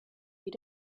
you